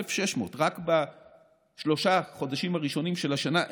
1,600 רק בשלושה החודשים הראשונים של השנה,